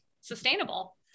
Sustainable